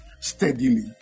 steadily